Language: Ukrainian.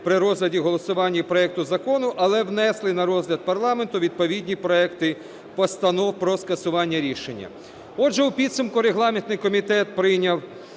і розгляді проекту закону, але внесли на розгляд парламенту відповідні проекти постанов про скасування рішення. Отже, у підсумку регламентний комітет прийняв